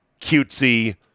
cutesy